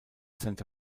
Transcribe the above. santa